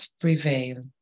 prevail